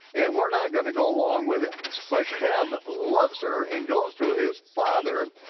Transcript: and we're not gonna go along with it. but sichem loves her and goes to his father,